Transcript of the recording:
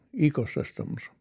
ecosystems